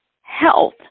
health